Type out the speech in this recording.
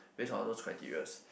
based on all those criterias